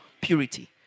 purity